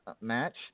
match